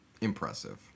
impressive